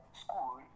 school